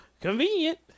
convenient